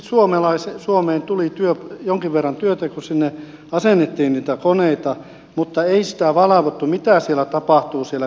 tietysti suomeen tuli jonkin verran työtä kun sinne asennettiin niitä koneita mutta ei sitä valvottu mitä tapahtui siellä perillä